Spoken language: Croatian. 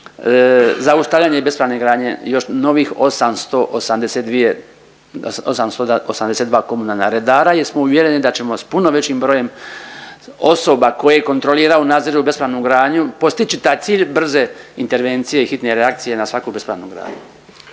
zaustavljanje bespravne gradnje još novih 882 komunalna redara, jer smo uvjereni da ćemo sa puno većim brojem osoba koje kontroliraju, nadziru bespravnu gradnju postići taj cilj brze intervencije i hitne reakcije na svaku bespravnu gradnju.